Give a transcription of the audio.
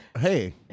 Hey